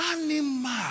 animal